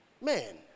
Man